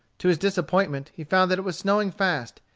to his disappointment he found that it was snowing fast,